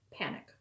Panic